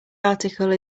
article